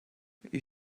you